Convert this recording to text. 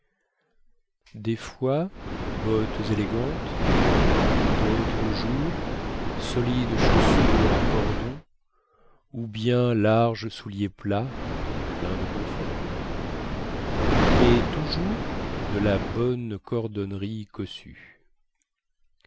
des fois bottes élégantes dautres jours solides chaussures à cordons ou bien larges souliers plats pleins de confort mais toujours de la bonne cordonnerie cossue